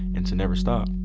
and to never stop